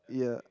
yeah